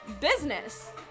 business